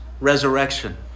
resurrection